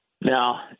Now